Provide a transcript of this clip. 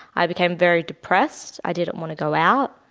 i became very depressed. i didn't want to go out,